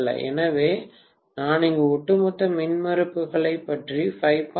எனவே நான் இங்கு ஒட்டுமொத்த மின்மறுப்புகளைப் பற்றி 5